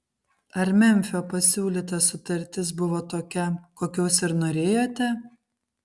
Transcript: ar memfio pasiūlyta sutartis buvo tokia kokios ir norėjote